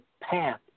path